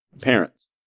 Parents